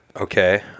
Okay